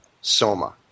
Soma